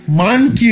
মান কী হবে